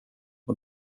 och